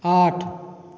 आठ